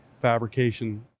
fabrication